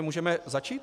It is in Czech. Můžeme začít?